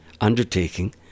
undertaking